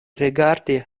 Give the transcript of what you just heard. rigardi